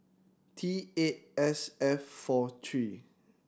T eight S F four three